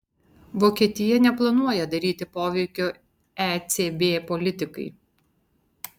vokietija neplanuoja daryti poveikio ecb politikai